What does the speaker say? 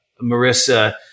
Marissa